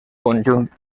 conjunt